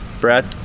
Brad